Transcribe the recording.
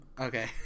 okay